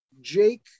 Jake